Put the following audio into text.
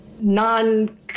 non